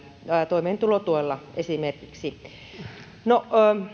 toimeentulotuella esimerkiksi no